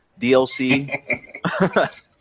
DLC